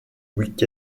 week